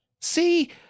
See